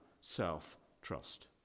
self-trust